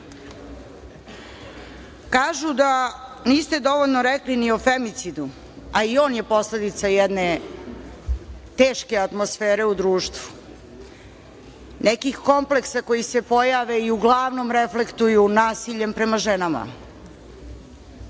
šta. Kažu da niste dovoljno rekli ni o femicidu, a i on je posledica jedne teške atmosfere u društvu, nekih kompleksa koji se pojave i uglavnom reflektuju nasiljem prema ženama,